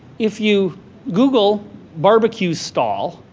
if you google barbecue stall,